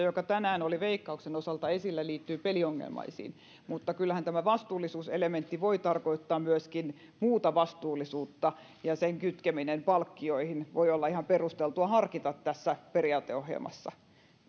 joka tänään oli veikkauksen osalta esillä liittyy peliongelmaisiin mutta kyllähän tämä vastuullisuuselementti voi tarkoittaa myöskin muuta vastuullisuutta ja sen kytkemistä palkkioihin voi olla ihan perusteltua harkita tässä periaateohjelmassa